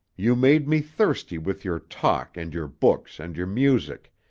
you made me thirsty with your talk and your books and your music,